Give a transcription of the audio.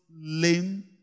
lame